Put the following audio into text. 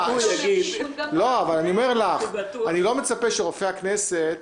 אני לא מצפה שרופא הכנסת